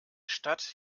stadt